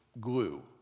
glue